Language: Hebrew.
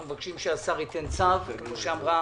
אנחנו מבקשים שהשר ייתן צו כפי שאמרה